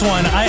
one